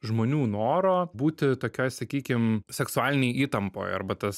žmonių noro būti tokioj sakykim seksualinėj įtampoj arba tas